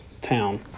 town